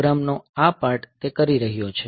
programme નો આ part તે કરી રહ્યો છે